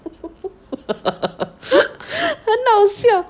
很好笑